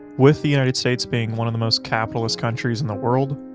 with the united states being one of the most capitalist countries in the world,